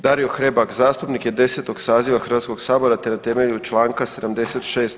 Dario Hrebak, zastupnik je 10. saziva Hrvatskoga sabora te na temelju članka 76.